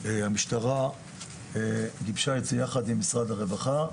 שהמשטרה גיבשה את זה יחד עם משרד הרווחה.